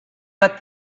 but